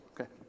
Okay